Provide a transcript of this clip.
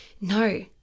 No